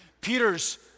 Peter's